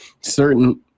certain